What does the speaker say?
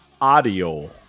audio